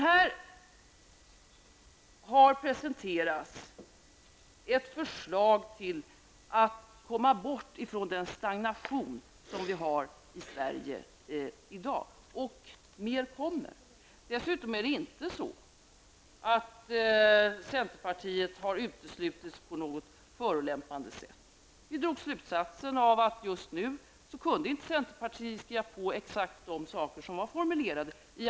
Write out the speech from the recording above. Här har presenterats ett förslag vars syfte är att vi skall komma ur den stagnation som Sverige i dag befinner sig i. Och värre kommer det att bli. Dessutom är det inte så att centerpartiet har uteslutits på något förolämpande sätt. Vi drog slutsatsen att centerpartiet just nu inte kunde skriva under artikeln som den blev formulerad.